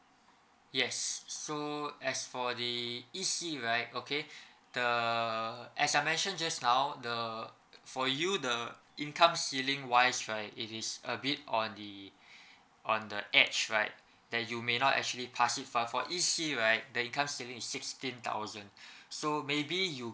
yes so as for E_C right okay the as I mention just now the for you the income ceiling wise right it is a bit on the on the edge right that you may not actually pass it but for E_C right the income ceiling is sixteen thousand so maybe you